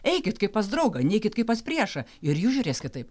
eikit kaip pas draugą neikit kaip pas priešą ir į jus žiūrės kitaip